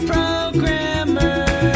Programmer